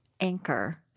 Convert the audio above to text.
anchor